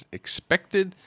expected